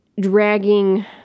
dragging